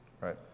Right